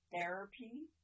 therapy